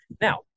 now